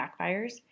backfires